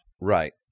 Right